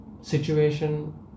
situation